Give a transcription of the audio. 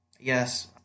Yes